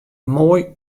moai